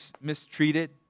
mistreated